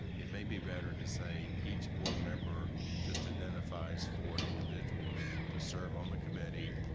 it may be better to say each board member just identifies four individuals to serve on the committee,